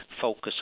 focus